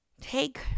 take